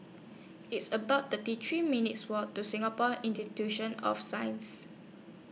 It's about thirty three minutes' Walk to Singapore Institution of Sciences